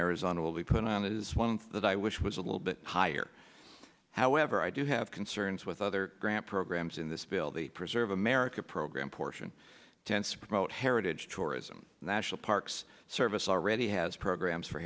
arizona will be put on is one that i wish was a little bit higher however i do have concerns with other grant programs in this bill the preserve america program portion tends to promote heritage tourism national parks service already has programs for